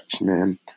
man